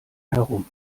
herum